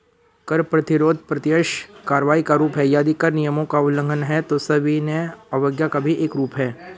कर प्रतिरोध प्रत्यक्ष कार्रवाई का रूप है, यदि कर नियमों का उल्लंघन है, तो सविनय अवज्ञा का भी एक रूप है